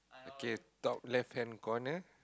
okay top left hand corner